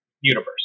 universe